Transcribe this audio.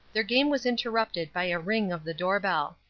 their game was interrupted by a ring of the door-bell.